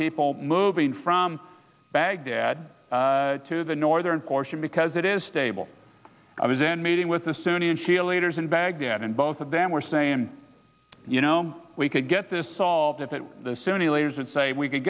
people moving from baghdad to the northern portion because it is stable i was in meeting with the sunni and shia leaders in baghdad and both of them were saying you know we could get this solved if it were the sunni leaders and say we c